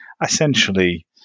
essentially